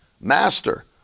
Master